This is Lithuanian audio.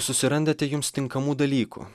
susirandate jums tinkamų dalykų